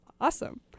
awesome